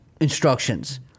instructions